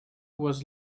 was